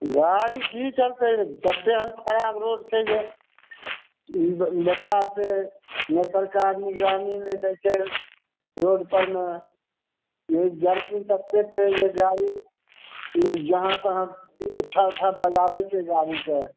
गाड़ी की चलतै ततेक अहाँकऽ खराब रोड छै जे बेटा से ने सरकार निगरानी नहि दै छै रोड परमे जरकिन तत्तेक छै जे गाड़ीमे जहाँ तहाँ उठा उठा बजारैत छै गाड़ीके